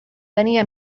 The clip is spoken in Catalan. tenia